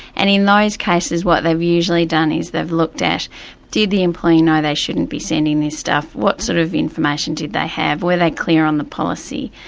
and in those cases what they've usually done is they've looked at did the employee know they shouldn't be sending this stuff? what sort of information did they have? were they clear on the policy?